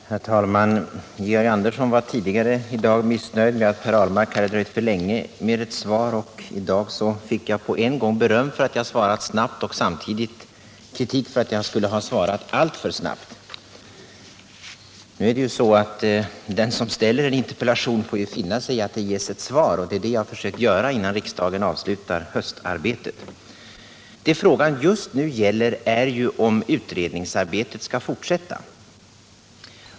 Herr talman! Georg Andersson var tidigare i dag missnöjd med att Per Ahlmark hade dröjt för länge med ett svar. Jag fick nu på en gång beröm för att jag hade svarat snabbt och samtidigt kritik för att jag skulle ha svarat alltför snabbt. Nu är det ju så att den som ställer en interpellation får finna sig i att det ges ett svar, och det är det jag försökt att göra innan riksdagen avslutar höstarbetet. Det frågan just nu gäller är om utredningsarbetet skall fortsätta.